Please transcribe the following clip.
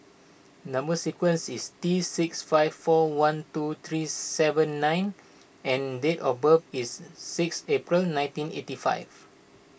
Number Sequence is T six five four one two three seven nine and date of birth is six April nineteen eighty five